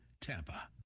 TAMPA